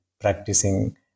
practicing